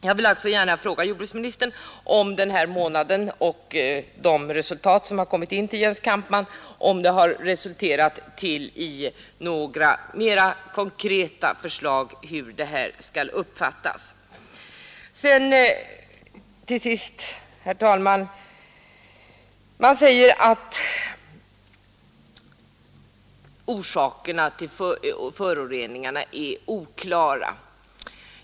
Jag vill alltså gärna fråga jordbruksministern om de resultat som inkommit till Jens Kampmann resulterat i några mera konkreta förslag. Till sist, herr talman! Man säger att orsakerna till föroreningarna är oklara.